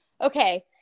okay